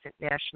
national